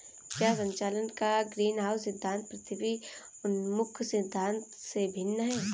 क्या संचालन का ग्रीनहाउस सिद्धांत पृथ्वी उन्मुख सिद्धांत से भिन्न है?